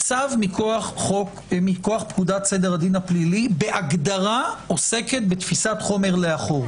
צו מכוח פקודת סדר הדין הפלילי בהגדרה עוסקת בתפיסת חומר לאחור.